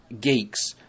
geeks